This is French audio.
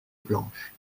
planches